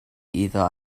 iddo